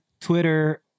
Twitter